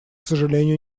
сожалению